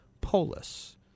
polis